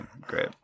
great